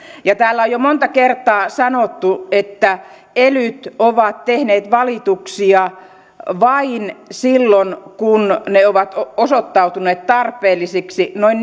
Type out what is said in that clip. täällä on jo monta kertaa sanottu että elyt ovat tehneet valituksia vain silloin kun ne ovat osoittautuneet tarpeellisiksi noin